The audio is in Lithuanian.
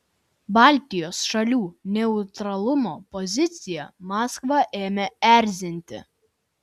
baltijos šalių neutralumo pozicija maskvą ėmė erzinti